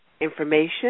information